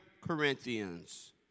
Corinthians